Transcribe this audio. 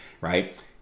right